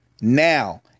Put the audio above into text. Now